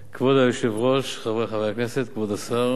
כבוד היושב-ראש, חברי חברי הכנסת, כבוד השר,